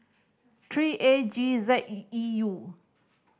three A G Z E U